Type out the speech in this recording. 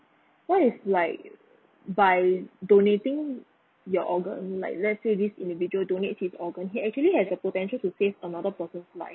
what if like by donating your organ like let's say this individual donates his organ he actually has a potential to save another person's life